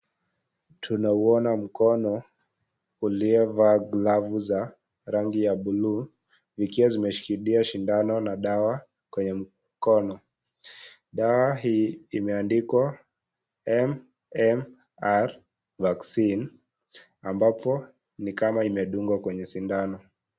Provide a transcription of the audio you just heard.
Tunaone mkono uliovaa glavu ya (cs) blue (cs) ikiwa imeshikilia dawa na shindano kwenye mkono, dawa hii imeandikwa MMR (cs)Vaccine(CS)ambapo ni kama imedungwa kwenye shindano.